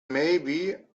maybe